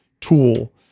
tool